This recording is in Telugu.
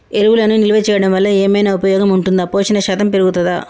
ఎరువులను నిల్వ చేయడం వల్ల ఏమైనా ఉపయోగం ఉంటుందా పోషణ శాతం పెరుగుతదా?